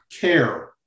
care